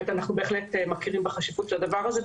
אנחנו בהחלט מכירים בחשיבות של הדבר הזה,